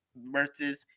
versus